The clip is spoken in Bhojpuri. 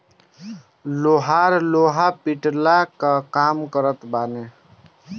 लोहार लोहा पिटला कअ काम करत बाने